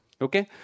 Okay